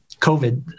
COVID